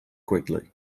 quickly